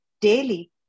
daily